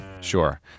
Sure